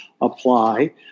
apply